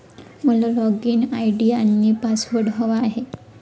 मला login ID आणि password हवा आहे